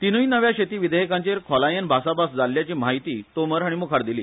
तीनूय नव्या शेती विधेयकांचेर खोलायेन भासाभास जाल्ल्याची म्हायतीय तोमर हाणी दिली